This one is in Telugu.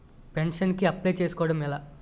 పెన్షన్ కి అప్లయ్ చేసుకోవడం ఎలా?